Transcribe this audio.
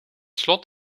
slot